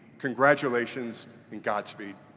congratulations and godspeed.